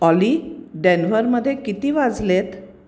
ऑली डेनव्हरमध्ये किती वाजले आहेत